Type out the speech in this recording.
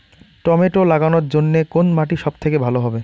Tomato লাগানোর জন্যে কোন মাটি সব থেকে ভালো হবে?